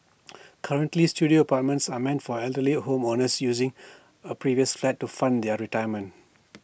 currently Studio apartments are meant for elderly home owners using A previous flat to fund their retirement